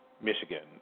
Michigan